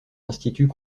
instituts